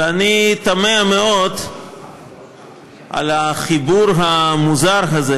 ואני תמה מאוד על החיבור המוזר הזה,